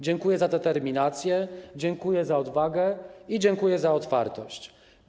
Dziękuję za determinację, dziękuję za odwagę i dziękuję za otwartość.